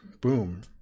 Boom